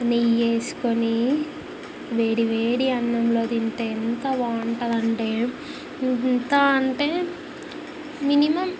నెయ్యేసుకొనీ వేడి వేడి అన్నంలో తింటే ఎంత బాగుంటుందంటే ఎంతా అంటే మినిమం